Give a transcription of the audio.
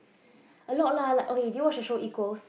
a lot like okay did you watch the show Equals